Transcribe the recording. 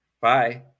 Bye